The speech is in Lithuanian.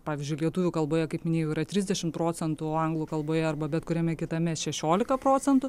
pavyzdžiui lietuvių kalboje kaip minėjau yra trisdešim procentų o anglų kalboje arba bet kuriame kitame šešiolika procentų